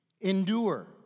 Endure